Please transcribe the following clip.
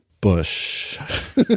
bush